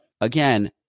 again